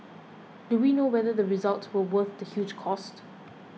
do we know whether the results were worth the huge cost